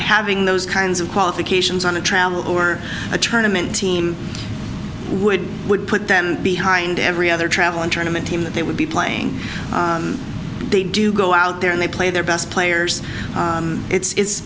having those kinds of qualifications on a travel or a tournaments team would would put them behind every other travel and tournaments team that they would be playing they do go out there and they play their best players it's